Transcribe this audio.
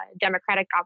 Democratic